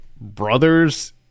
brothers